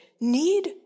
need